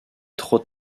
trop